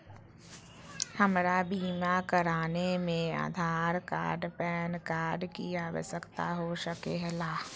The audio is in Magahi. हमरा बीमा कराने में आधार कार्ड पैन कार्ड की आवश्यकता हो सके ला?